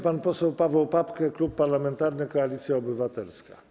Pan poseł Paweł Papke, Klub Parlamentarny Koalicja Obywatelska.